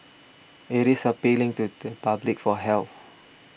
it is appealing to the public for help